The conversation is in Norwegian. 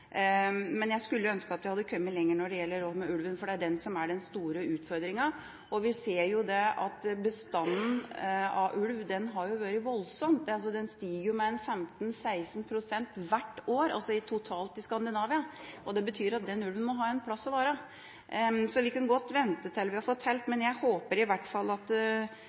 men jeg skulle ønske at vi hadde kommet lenger når det gjelder ulv, for det er den som er den store utfordringen. Vi ser at bestanden av ulv har økt voldsomt, den stiger med 15–16 pst. hvert år – totalt i Skandinavia – og det betyr at ulven må ha en plass å være. Vi kunne godt ventet til vi hadde fått talt, men jeg håper i hvert fall at